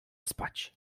spać